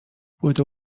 بدو